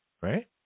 right